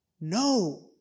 No